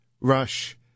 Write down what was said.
Rush